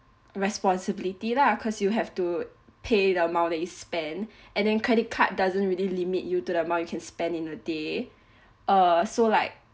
responsibility lah cause you have to pay the amount that you spend and in credit card doesn't really limit you to the amount you can spend in a day uh so like